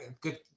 Good